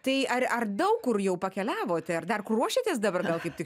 tai ar ar daug kur jau pakeliavote ar dar kur ruošiatės dabar gal kaip tik